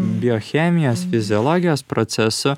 biochemijos fiziologijos procesų